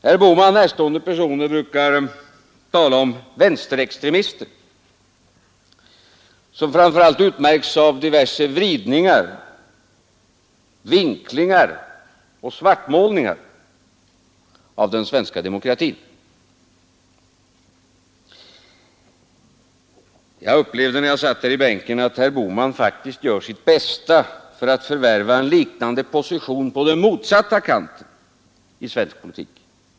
Herr Bohman närstående personer brukar tala om vänsterextremister, som framför allt utmärks av diverse vridningar, vinklingar och svartmålningar av den svenska demokratin. Jag upplevde, när jag satt här i bänken, att herr Bohman faktiskt gör sitt bästa för att förvärva en likande position på den motsatta kanten i svensk politik.